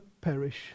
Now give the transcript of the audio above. perish